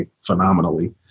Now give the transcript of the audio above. phenomenally